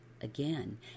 again